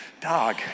Dog